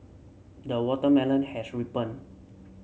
the watermelon has ripened